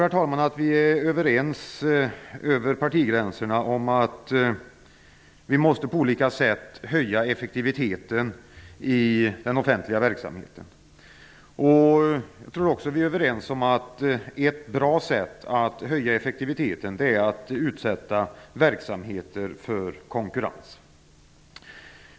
Jag tror att vi är överens över partigränserna om att vi på olika sätt måste höja effektiviteten i den offentliga verksamheten. Jag tror också att vi är överens om att ett bra sätt att höja effektiviteten är att utsätta verksamheten för konkurrens.